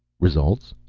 results?